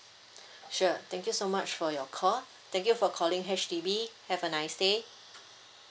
sure thank you so much for your call thank you for calling H_D_B have a nice day